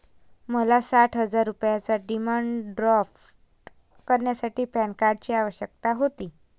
मला साठ हजार रुपयांचा डिमांड ड्राफ्ट करण्यासाठी पॅन कार्डची आवश्यकता होती